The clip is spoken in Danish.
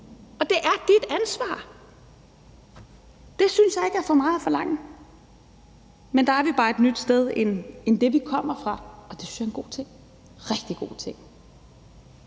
og det er dit ansvar. Det synes jeg ikke er for meget at forlange. Men der er vi bare et nyt sted i forhold til det, vi kommer fra, og det synes jeg er en god ting – en rigtig god ting.